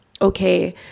okay